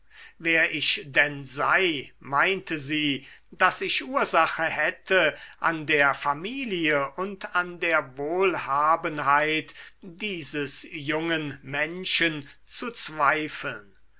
wer ich denn sei meinte sie daß ich ursache hätte an der familie und an der wohlhabenheit dieses jungen menschen zu zweifeln